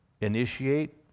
initiate